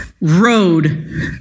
road